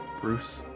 Bruce